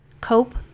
cope